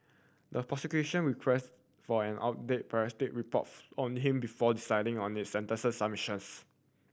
the prosecution requested for an updated psychiatric reports on him before deciding on its sentencing submissions